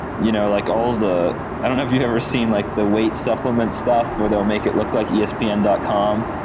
you know like all the i don't know if you've ever seen like the weight supplement stuff where they will make it look like yeah espn dot com,